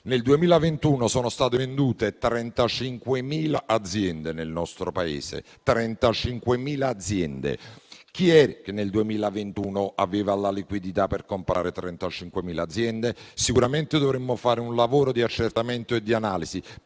Nel 2021 sono state vendute 35.000 aziende nel nostro Paese e chi allora aveva la liquidità per comprarle? Sicuramente dovremo fare un lavoro di accertamento e di analisi,